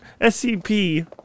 SCP